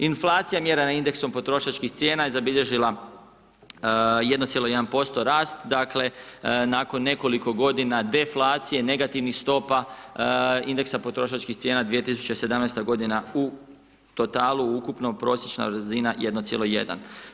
Inflacija mjera na indeksom potrošačkih cijena je zabilježila 1,1% rast, dakle, nakon nekoliko g. deflacije, negativnih stopa indeksa potrošačkih cijena 2017. g. u totalu ukupna prosječna razina 1,1.